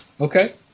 Okay